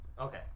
Okay